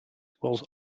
was